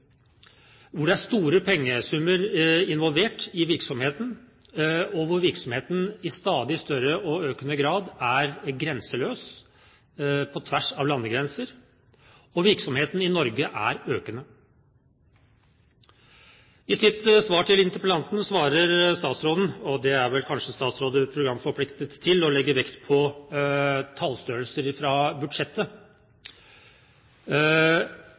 hvor det er store pengesummer involvert i virksomheten, og hvor virksomheten i stadig større og økende grad er grenseløs, på tvers av landegrenser – og virksomheten i Norge er økende. Med henvisning til statsrådens svar til interpellanten vil jeg si at statsråder kanskje er programforpliktet til å legge vekt på tallstørrelser fra budsjettet,